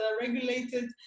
regulated